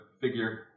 figure